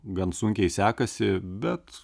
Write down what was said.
gan sunkiai sekasi bet